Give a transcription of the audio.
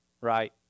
Right